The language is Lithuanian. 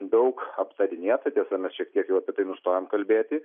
daug aptarinėta tiesa mes šiek tiek jau apie tai nustojom kalbėti